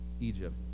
Egypt